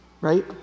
Right